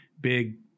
big